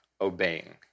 obeying